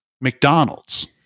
McDonald's